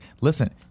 listen